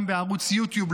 גם בערוץ יוטיוב,